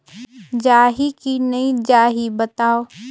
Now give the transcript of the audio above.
जाही की नइ जाही बताव?